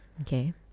Okay